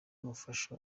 mufasha